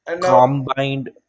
Combined